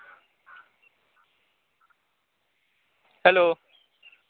hello